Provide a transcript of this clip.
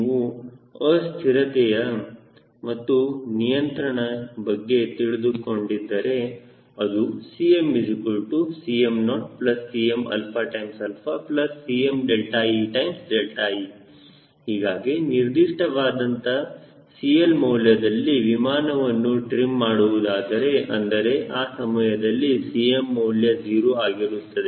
ನೀವು ಅಸ್ಥಿರರತೆ ಮತ್ತು ನಿಯಂತ್ರಣ ಬಗ್ಗೆ ತಿಳಿದುಕೊಂಡಿದ್ದರೆ ಅದು CmCm0CmCmee ಹೀಗಾಗಿ ನಿರ್ದಿಷ್ಟವಾದ ಅಂತ CL ಮೌಲ್ಯದಲ್ಲಿ ವಿಮಾನವನ್ನು ಟ್ರೀಮ್ ಮಾಡುವುದಾದರೆ ಅಂದರೆ ಆ ಸಮಯದಲ್ಲಿ Cm ಮೌಲ್ಯ 0 ಆಗಿರುತ್ತದೆ